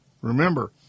Remember